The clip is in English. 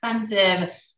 expensive